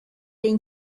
این